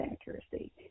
accuracy